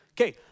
Okay